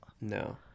No